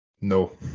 No